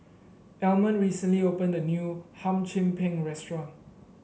Almond recently opened a new Hum Chim Peng restaurant